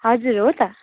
हजुर हो त